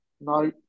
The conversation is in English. no